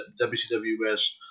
WCWS